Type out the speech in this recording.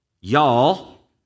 y'all